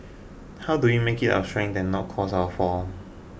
how do we make it our strength and not cause our fall